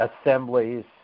assemblies